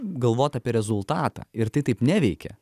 galvot apie rezultatą ir tai taip neveikia